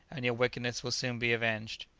and your wickedness will soon be avenged.